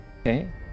okay